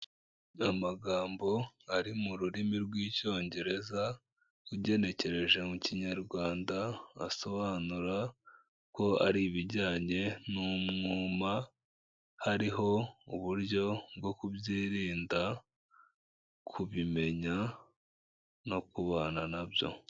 Amagambo ari mu rurimi rw'Icyongereza, ugenekereje mu Kinyarwanda basobanura ko ari ibijyanye n'umwuma, hariho uburyo bwo kubyirinda, kubimenya no kubana na byo.